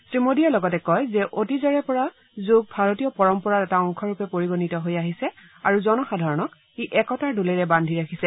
শ্ৰীমোডীয়ে লগতে কয় যে অতীজৰে পৰা যোগ ভাৰতীয় পৰম্পৰা এটা অংশ ৰূপে পৰিগণিত হৈ আহিছে আৰু জনসাধাৰণক ই একতাৰ দোলেৰে বাদ্ধি ৰাখিছে